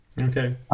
Okay